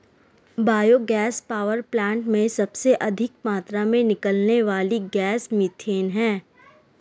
bio gas power plant में सबसे अधिक मात्रा में निकलने वाली गैस मिथेन है